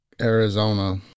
Arizona